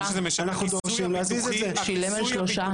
הוא שילם על שלושה.